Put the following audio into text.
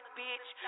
bitch